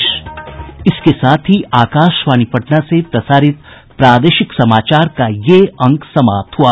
इसके साथ ही आकाशवाणी पटना से प्रसारित प्रादेशिक समाचार का ये अंक समाप्त हुआ